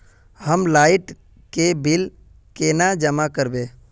हम लाइट के बिल केना जमा करबे?